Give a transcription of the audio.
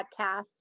podcast